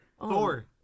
Thor